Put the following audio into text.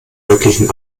möglichen